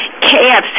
KFC